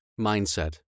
mindset